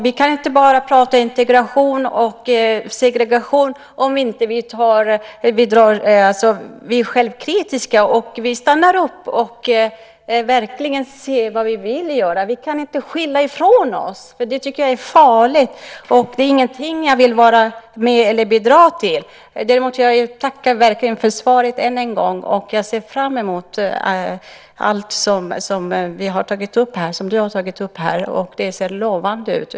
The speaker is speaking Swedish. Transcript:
Vi kan inte bara prata om integration och segregation om vi inte är självkritiska och stannar upp och verkligen ser vad vi vill göra. Vi kan inte skylla ifrån oss. Det tycker jag är farligt. Det är inget jag vill vara med om eller bidra till. Däremot tackar jag verkligen för svaret än en gång, och jag ser fram emot allt som vi har tagit upp här. Det ser lovande ut.